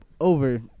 Over